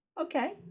okay